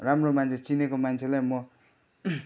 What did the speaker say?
राम्रो मान्छे चिनेको मान्छेलाई म